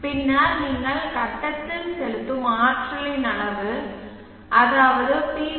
பின்னர் நீங்கள் கட்டத்தில் செலுத்தும் ஆற்றலின் அளவு அதாவது பி